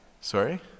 Sorry